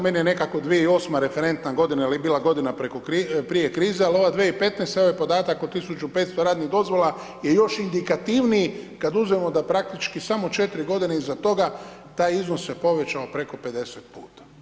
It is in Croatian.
Meni je nekako 2008. referentna godina jer je bila godina prije krize ali ova 2015. i ovaj podatak o 1500 radnih dozvola je još indikativniji kad uzmemo da praktički samo 4 godine iza toga taj iznos se povećao preko 50 puta.